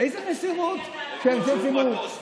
איזו מסירות של אנשי ציבור,